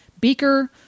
Beaker